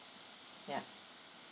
ya